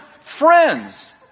friends